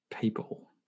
people